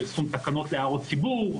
פרסום תקנות להערות הציבור,